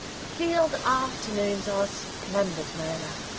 field afternoons are splendid, marilla.